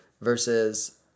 versus